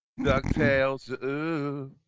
DuckTales